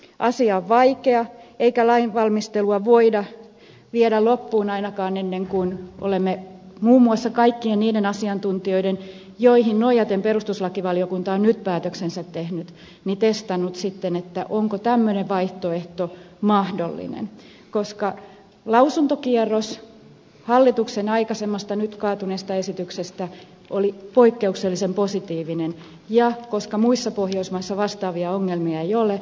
asia on vaikea eikä lainvalmistelua voida viedä loppuun ainakaan ennen kuin olemme muun muassa kaikkien niiden asiantuntijoiden kanssa joihin nojaten perustuslakivaliokunta on nyt päätöksensä tehnyt testanneet sitten onko tämmöinen vaihtoehto mahdollinen koska lausuntokierros hallituksen aikaisemmasta nyt kaatuneesta esityksestä oli poikkeuksellisen positiivinen ja koska muissa pohjoismaissa vastaavia ongelmia ei ole